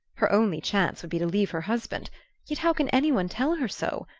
her only chance would be to leave her husband yet how can any one tell her so?